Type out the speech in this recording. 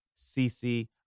CC